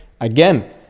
Again